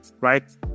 right